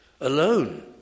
alone